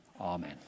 Amen